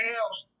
else